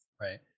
right